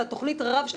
אלא תכנית רב-שנתית.